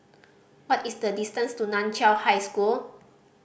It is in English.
what is the distance to Nan Chiau High School